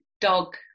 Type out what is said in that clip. dog